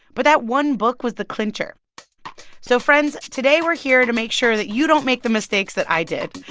but that one book was the clincher so, friends, today we're here to make sure that you don't make the mistakes that i did.